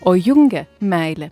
o jungia meilė